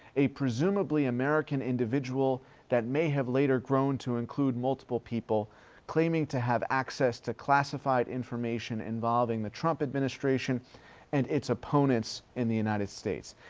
a presumably american individual that may have later grown to include multiple people claiming to have access to classified information involving the trump administration and its opponents in the united states,